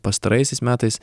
pastaraisiais metais